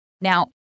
Now